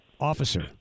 officer